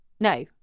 No